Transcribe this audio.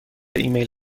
ایمیل